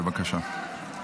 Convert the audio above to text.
בבקשה.